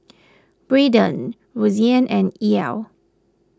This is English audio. Braiden Roseann and Ell